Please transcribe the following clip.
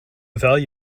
value